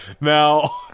Now